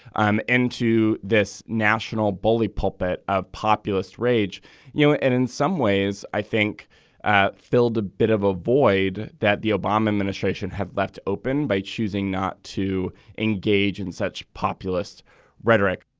i'm into this national bully pulpit a populist rage you know and in some ways i think ah filled a bit of a void that the obama administration have left open by choosing not to engage in such populist rhetoric